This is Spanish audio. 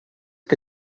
que